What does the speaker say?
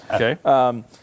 Okay